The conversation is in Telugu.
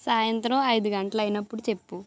సాయంత్రం ఐదు గంటలైనప్పుడు చెప్పు